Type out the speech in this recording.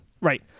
Right